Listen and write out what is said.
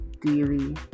Daily